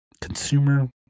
consumer